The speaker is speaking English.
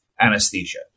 anesthesia